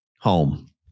home